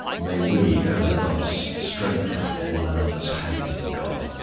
may we ever thus strengthen one another's hands in god!